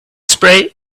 spray